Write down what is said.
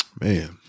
Man